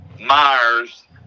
Myers